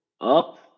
up